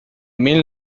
mil